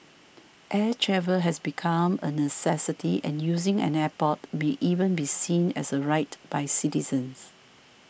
air travel has become a necessity and using an airport may even be seen as a right by citizens